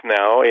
now